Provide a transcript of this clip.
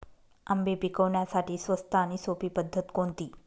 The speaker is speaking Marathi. आंबे पिकवण्यासाठी स्वस्त आणि सोपी पद्धत कोणती?